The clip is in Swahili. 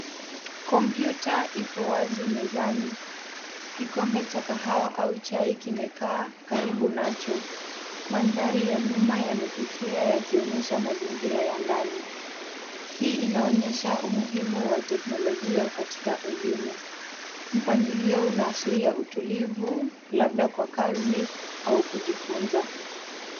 Kompyuta ipo wazi mezani. Kikombe cha kahawa au chai kimekaa karibu nacho. Mandhari ya nyuma yamefifia yakionyesha mazingira ya ndani. Hii inaonyesha umuhimu wa teknolojia katika elimu. Mpangilio unaashiria utulivu labda kwa kazi au kujifunza.